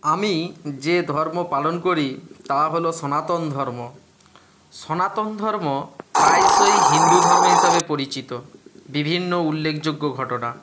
আমি যে ধর্ম পালন করি তা হলো সনাতন ধর্ম সনাতন ধর্ম প্রায়শই হিন্দু ধর্ম হিসাবে পরিচিত বিভিন্ন উল্লেখযোগ্য ঘটনা